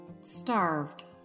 Starved